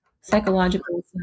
psychological